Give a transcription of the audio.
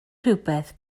rhywbeth